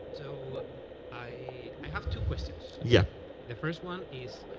so i have two questions. yeah the first one is